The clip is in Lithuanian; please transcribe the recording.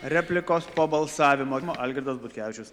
replikos po balsavimo algirdas butkevičius